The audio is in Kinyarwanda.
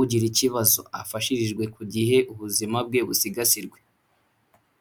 ugira ikibazo afashirizwe ku gihe, ubuzima bwe busigasirwe.